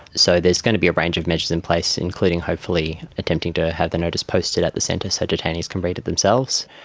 so there is going to be a range of measures in place, including hopefully attempting to have the notice posted at the centre so detainees can read it themselves.